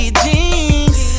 jeans